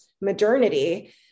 modernity